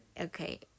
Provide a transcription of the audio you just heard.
okay